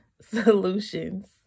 solutions